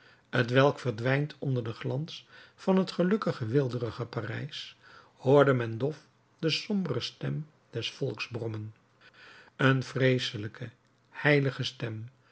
t welk verdwijnt onder den glans van het gelukkige weelderige parijs hoorde men dof de sombere stem des volks brommen een vreeselijke heilige stem